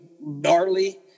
gnarly